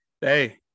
Hey